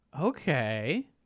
Okay